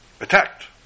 attacked